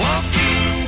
Walking